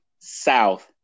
South